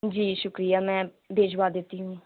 جی شُکریہ میں بھیجوا دیتی ہوں